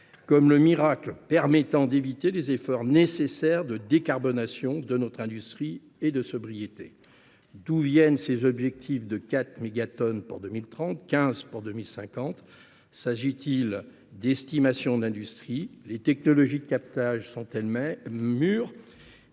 comme le miracle nous permettant de nous dispenser des efforts nécessaires de décarbonation de notre industrie et de sobriété. D’où viennent ces objectifs de 4 mégatonnes pour 2030 et de 15 mégatonnes pour 2050 ? S’agit il d’estimations de l’industrie ? Les technologies de captage sont elles mûres ?